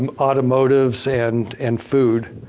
um automotives and and food